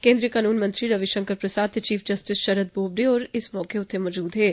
केन्द्रीय कनून मंत्री रवि शंकर प्रसाद ते चीफ जस्टिस शरद बोबडे होर इस मौके उत्थे मजूद हे